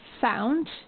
found